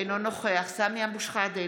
אינו נוכח סמי אבו שחאדה,